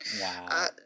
Wow